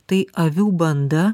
tai avių banda